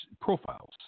profiles